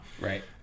Right